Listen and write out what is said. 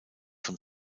von